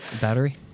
Battery